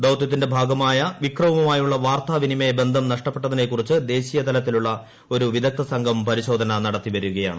ദൌത്യത്തിന്റെ ഭാഗമായ വിക്രവുമായുള്ള വാർത്താവിനിമയബന്ധം നഷ്ടപ്പെട്ടതിനെക്കുറിച്ച് ദേശീയതലത്തിലുള്ള ഒരു വിദഗ്ദ്ധ സംഘം പരിശോധന നടത്തിവരികയാണ്